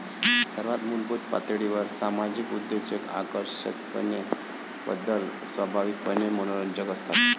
सर्वात मूलभूत पातळीवर सामाजिक उद्योजक आकर्षकतेबद्दल स्वाभाविकपणे मनोरंजक असतात